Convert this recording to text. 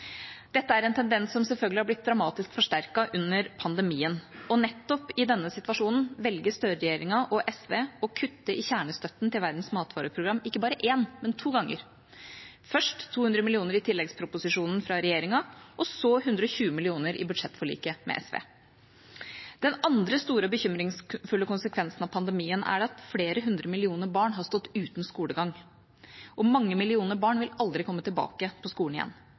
Dette er en tendens som selvfølgelig har blitt dramatisk forsterket under pandemien. Nettopp i denne situasjonen velger Støre-regjeringa og SV å kutte i kjernestøtten til Verdens matvareprogram – ikke bare én, men to ganger, først 200 mill. kr i tilleggsproposisjonen fra regjeringa og så 120 mill. kr i budsjettforliket med SV. Den andre store bekymringsfulle konsekvensen av pandemien er at flere hundre millioner barn har stått uten skolegang. Mange millioner barn vil aldri komme tilbake på skolen igjen.